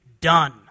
done